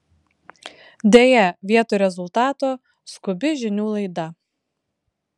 deja vietoj rezultato skubi žinių laida